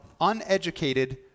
uneducated